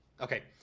Okay